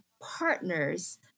partners